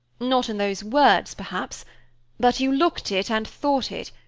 not in those words, perhaps but you looked it and thought it,